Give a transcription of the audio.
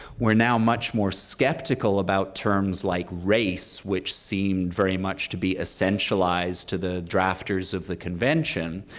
we're now much more skeptical about terms like race, which seemed very much to be essentialized to the drafters of the conventions,